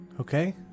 Okay